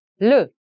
le